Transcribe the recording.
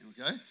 okay